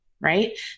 right